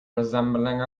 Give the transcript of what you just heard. resembling